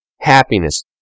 Happiness